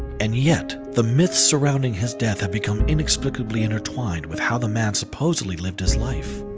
and yet, the myths surrounding his death have become inexplicably intertwined with how the man supposedly lived his life.